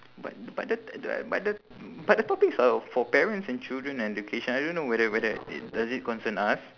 but but the but but the topics are for parents and children and education I don't know whether whether it does it concern us